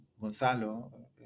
Gonzalo